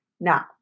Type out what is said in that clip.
Now